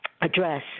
address